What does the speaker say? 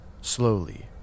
Slowly